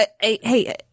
Hey